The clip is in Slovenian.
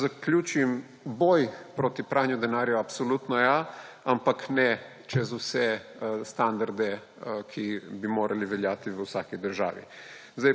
Če zaključim. Boj proti pranju denarja – absolutno ja, ampak ne čez vse standarde, ki bi morali veljati v vsaki državi.